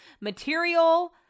material